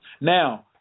now